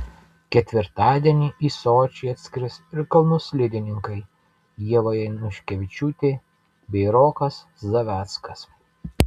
ketvirtadienį į sočį atskris ir kalnų slidininkai ieva januškevičiūtė bei rokas zaveckas